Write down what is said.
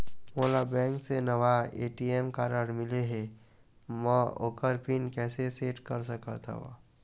मोला बैंक से नावा ए.टी.एम कारड मिले हे, म ओकर पिन कैसे सेट कर सकत हव?